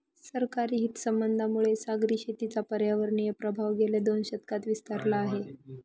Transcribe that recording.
सरकारी हितसंबंधांमुळे सागरी शेतीचा पर्यावरणीय प्रभाव गेल्या दोन दशकांत विस्तारला आहे